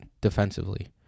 defensively